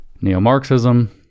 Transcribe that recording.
neo-Marxism